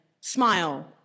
smile